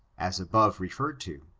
as above referred to.